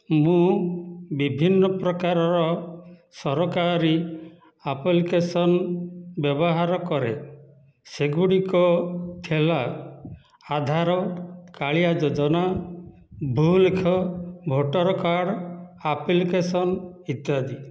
ମୁଁ ବିଭିନ୍ନ ପ୍ରକାରର ସରକାରୀ ଆପ୍ଲିକେସନ ବ୍ୟବହାର କରେ ସେଗୁଡ଼ିକ ହେଲା ଆଧାର କାଳିଆ ଯୋଜନା ଭୂଲେଖ ଭୋଟର କାର୍ଡ଼ ଆପ୍ଲିକେସନ ଇତ୍ୟାଦି